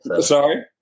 Sorry